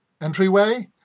entryway